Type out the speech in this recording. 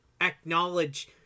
acknowledge